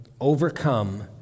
overcome